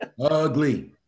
Ugly